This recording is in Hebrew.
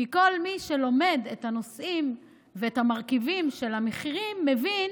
כי כל מי שלומד את הנושאים ואת המרכיבים של המחירים מבין